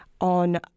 on